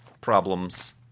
problems